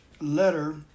letter